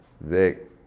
Vic